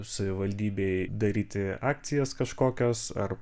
savivaldybei daryti akcijas kažkokias ar